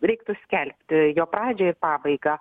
reiktų skelbti jo pradžią ir pabaigą